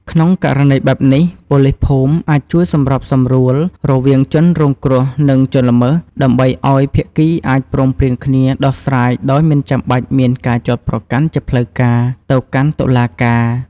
ក្នុងករណីបែបនេះ ប៉ូលីសភូមិអាចជួយសម្របសម្រួលរវាងជនរងគ្រោះ និងជនល្មើស ដើម្បីឱ្យ ភាគីអាចព្រមព្រៀងគ្នាដោះស្រាយដោយមិនចាំបាច់មានការចោទប្រកាន់ជាផ្លូវការ ទៅកាន់តុលាការ។